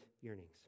yearnings